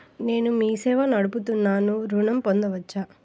నేను మీ సేవా నడుపుతున్నాను ఋణం పొందవచ్చా?